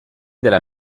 della